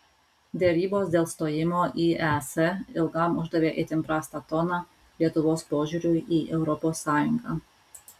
derybos dėl stojimo į es ilgam uždavė itin prastą toną lietuvos požiūriui į europos sąjungą